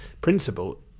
principle